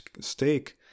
steak